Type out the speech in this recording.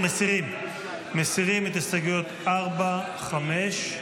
מסירים את הסתייגויות 4 ו-5,